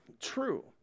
true